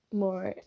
more